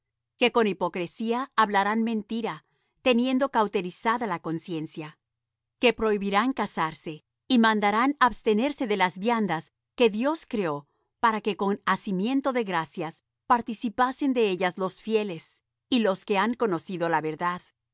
conciencia que prohibirán casarse y mandarán abstenerse de las viandas que dios crió para que con hacimiento de gracias participasen de ellas los fieles y los que han conocido la verdad